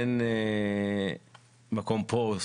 אין מקום פה,